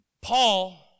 Paul